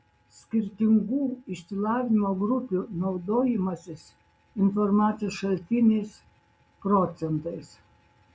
skirtingų išsilavinimo grupių naudojimasis informacijos šaltiniais procentais